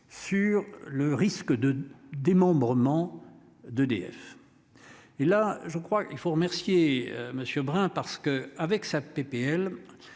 sur le risque de démembrement. D'EDF. Et là je crois il faut remercier monsieur Brun parce que avec sa PPL